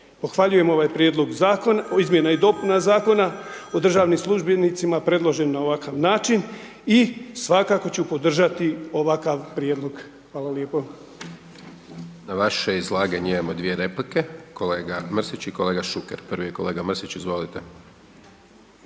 Pohvaljujem ovaj prijedlog izmjena i dopuna Zakona o državnim službenicima predložen na ovakav način i svakako ću podržati ovakav prijedlog. Hvala lijepo. **Hajdaš Dončić, Siniša (SDP)** Na vaše izlaganje imamo dvije replike, kolega Mrsić i kolega Šuker. Prvi je kolega Mrsić, izvolite.